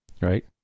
Right